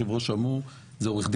היא: "עורך דין